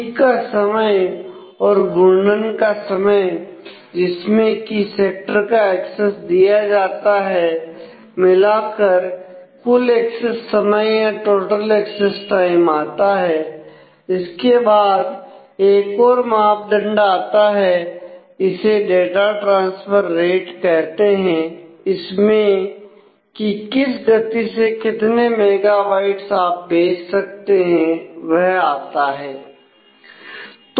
seek का समय और घूर्णन का समय जिसमें की सेक्टर का एक्सेस दिया जाता है मिलाकर कुल एक्सेस समय या टोटल एक्सेस टाइम कहते हैं इसमें की किस गति से कितने मेगाबाइट्स आप भेज सकते हैं वह आता है